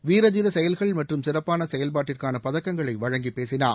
வீர தீர செயல்கள் மற்றும் சிறப்பான செயல்பாட்டுக்கான பதக்கங்களை வழங்கிப் பேசினார்